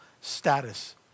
status